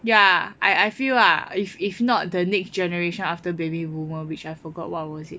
ya I I feel lah if if not the next generation after baby boomer which I forgot what was it